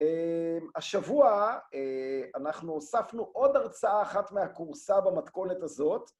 השבוע אנחנו הוספנו עוד הרצאה, אחת מהכורסא במתכונת הזאת.